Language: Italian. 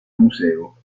museo